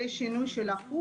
תודה